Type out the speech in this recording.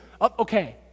okay